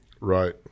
right